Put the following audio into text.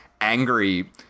angry